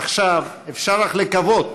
עכשיו אפשר רק לקוות